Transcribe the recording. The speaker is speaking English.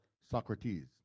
Socrates